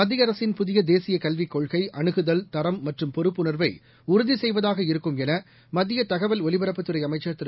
மத்திய அரசின் புதியதேசியகல்விக் கொள்கைஅனுகுதல் மற்றும் தரம் பொறுப்புணர்வைஉறுதிசெய்வதாக இருக்கும் எனமத்தியதகவல் ஒலிபரப்புத் துறைஅமைச்சர் திரு